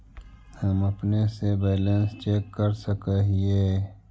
हम अपने से बैलेंस चेक कर सक हिए?